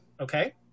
Okay